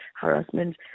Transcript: harassment